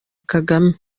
kagame